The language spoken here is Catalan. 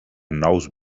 nous